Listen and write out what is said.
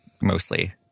mostly